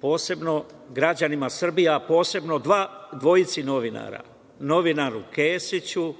posebno građanima Srbije, a posebno dvojici novinara, novinaru Kesiću